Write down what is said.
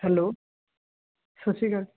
hello ਸਤਿ ਸ਼੍ਰੀ ਅਕਾਲ